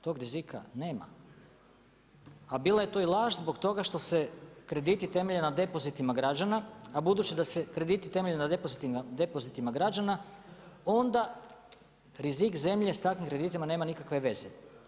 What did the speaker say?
Tog rizika nema, a bila je to i laž zbog toga što se krediti temelje na depozitima građana, a budući da se krediti temelje na depozitima građana onda rizik zemlje s takvim kreditima nema nikakve veze.